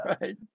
Right